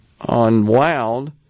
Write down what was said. unwound